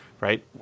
right